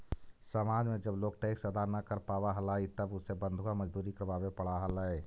समाज में जब लोग टैक्स अदा न कर पावा हलाई तब उसे बंधुआ मजदूरी करवावे पड़ा हलाई